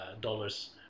dollars